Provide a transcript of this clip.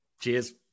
Cheers